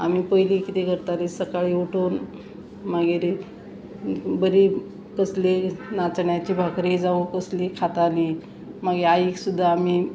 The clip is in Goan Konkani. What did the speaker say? आमी पयली कितें करताली सकाळीं उठून मागीर बरी कसली नाचण्याची भाकरी जावं कसली खाताली मागी आईक सुद्दां आमी